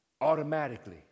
automatically